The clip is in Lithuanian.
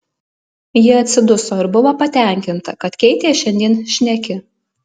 ji atsiduso ir buvo patenkinta kad keitė šiandien šneki